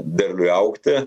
derliui augti